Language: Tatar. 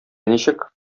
ничек